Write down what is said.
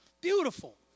Beautiful